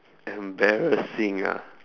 embarrassing ah